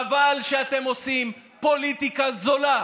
היה, אתמול שר הבריאות בוועדה,